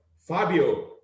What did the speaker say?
Fabio